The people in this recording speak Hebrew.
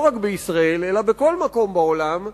לא רק בישראל אלא בכל מקום בעולם,